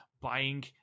buying